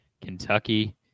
Kentucky